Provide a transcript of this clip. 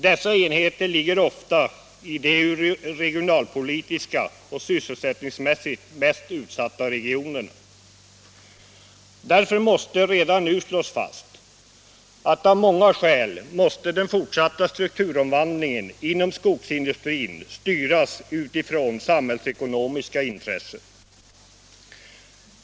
Dessa enheter ligger ofta i de regionalpolitiskt och sysselsättningsmässigt mest utsatta regionerna. Därför måste redan nu slås fast att den fortsatta strukturomvandlingen inom skogsindustrin av många skäl måste styras med utgångspunkt i samhällsekonomiska intressen.